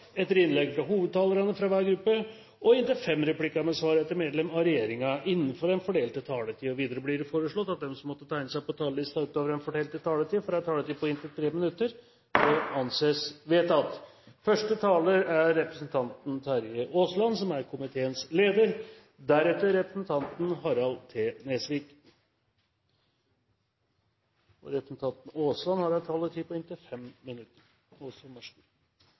etter innlegg fra hovedtalerne fra hver gruppe og inntil fem replikker med svar etter innlegg fra medlem av regjeringen innenfor den fordelte taletid. Videre blir det foreslått at de som måtte tegne seg på talerlisten utover den fordelte taletid, får en taletid på inntil 3 minutter. – Det anses vedtatt. Aller først vil jeg benytte anledningen til å takke komiteen for et konstruktivt og spennende arbeid med budsjettinnstillingen samt de endringsproposisjoner komiteen har avgitt innstilling til, og som nå behandles. Budsjettinnstillingen er god, og